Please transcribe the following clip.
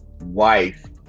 wife